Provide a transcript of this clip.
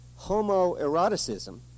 homoeroticism